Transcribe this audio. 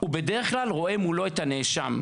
הוא בדרך כלל רואה מולו את הנאשם,